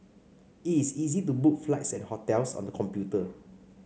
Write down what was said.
it's easy to book flights and hotels on the computer